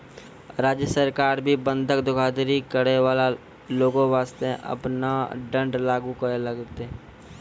राज्य सरकार भी बंधक धोखाधड़ी करै बाला लोगो बासतें आपनो दंड लागू करै लागलै